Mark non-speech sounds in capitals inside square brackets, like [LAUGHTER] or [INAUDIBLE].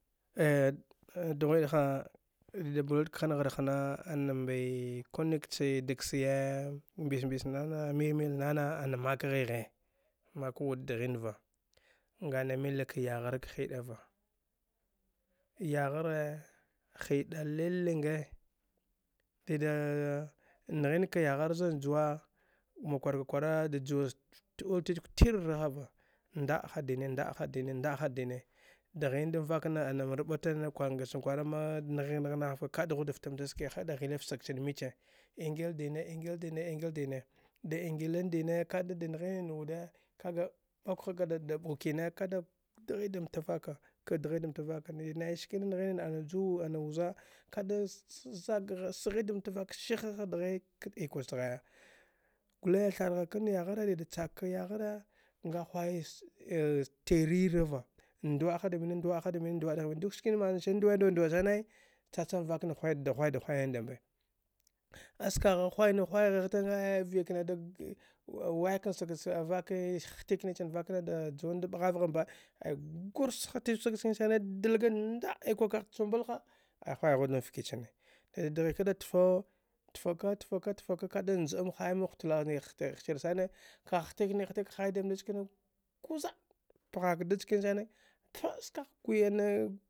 [HESITATION] dghwiɗha dida bia wud khanghar hna anabee kunnik chee dak siye mvis-mbis nan mil-mil- nana ana mak ghighe mak wud dhinva ngana milik ka yaghar khiɗava yaghare hida lilinge ɗiɗa nghinka yaghar zanjuwa makwaarka kwara ɗa juwadta out fitk tirra hava nda’a ha dine ndda’a ha dine ndda’a ha dine dghin vamvak na anam raɓate na kwangil chan kwala da nghigh ngha [UNINTELLIGIBLE] ka ɗufhwa daf tamtaske ha da ghilfta sag chan micke ingil dine ingil dine ingil dine di inngilin dine ka’a dida nghinan wude [UNINTELLIGIBLE] da ɓukine kada dghi damta vaka kadghi damtavaka de nai ski nghin ne anna ju wuza ka da zag ghar sghi damtacha vaka sihe ha dghi ikwa ghaya gule thar gha kan yaghare yida check ka yaghare ngahwai [HESITATION] tiri rrava nduwa’a ha damni nduwa’a hadamni nduwa’a ha damine duk skina manan sani nduwe’a nduwea’ sane cha cham vak nada hwai da hwayan da mbe as kagh hwai na hwai fa ay va’ik nda hatik nichan vak nada juwa da ɓghavgha mbe ay gurs ha titk say chkanisani nndalga nda’a ikwa kagh chumbai ha a hwaighu dam fki chane dida dghika da tfu tfuka ftaka tfake ka’a da nja am hai mbe hutalag kagh htik ni titika ka hai da mndi chakani kuza’a pyhak da chanisani tpa’a skagh awi